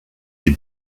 die